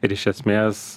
ir iš esmės